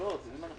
בבקשה.